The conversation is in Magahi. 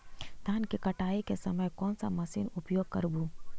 धान की कटाई के समय कोन सा मशीन उपयोग करबू?